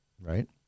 right